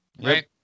right